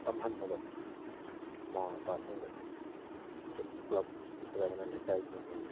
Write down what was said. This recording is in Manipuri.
ꯇꯝꯍꯟꯅꯕ ꯃꯃꯥ ꯃꯄꯥꯁꯤꯡꯗ ꯁꯨ ꯀ꯭ꯂꯕ ꯅꯠꯇ꯭ꯔꯒꯅ ꯂꯩꯀꯥꯏꯒꯤ ꯃꯤꯉꯩꯅ